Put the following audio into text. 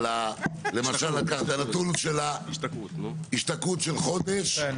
אחר כך עוברים לקטגוריות של חודש עד